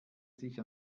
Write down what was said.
sich